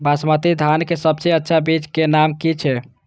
बासमती धान के सबसे अच्छा बीज के नाम की छे?